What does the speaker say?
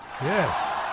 Yes